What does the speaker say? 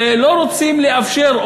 לא רוצים לאפשר,